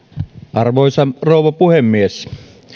arvoisa rouva puhemies